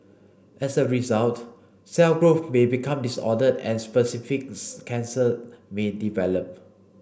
as a result cell growth may become disordered and specific cancer may develop